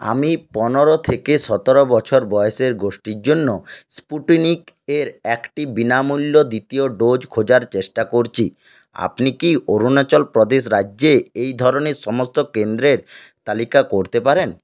আমি পনেরো থেকে সতেরো বছর বয়সের গোষ্ঠীর জন্য স্পুটনিক এর একটি বিনামূল্য দ্বিতীয় ডোজ খোঁজার চেষ্টা করছি আপনি কি অরুণাচল প্রদেশ রাজ্যে এই ধরনের সমস্ত কেন্দ্রের তালিকা করতে পারেন